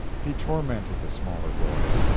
he tormented the smaller boys,